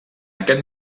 aquest